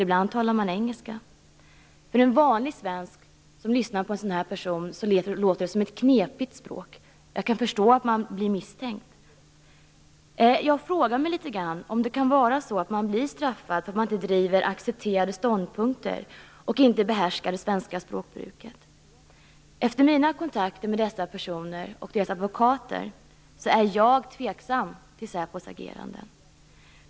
Ibland talar de engelska. För en vanlig svensk som lyssnar på en sådan person låter det som ett knepigt språk. Jag kan förstå att de blir misstänkta. Jag frågar mig om det kan vara så att de blir straffade därför att de inte driver accepterade ståndpunkter och inte behärskar det svenska språkbruket. Efter mina kontakter med dessa personer och deras advokater är jag tveksam till säpos agerande.